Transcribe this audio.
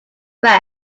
fresh